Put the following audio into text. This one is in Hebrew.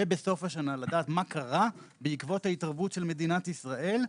ובסוף השנה לדעת מה קרה בעקבות ההתערבות של מדינת ישראל,